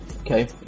okay